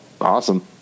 awesome